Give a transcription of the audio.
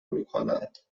میکنند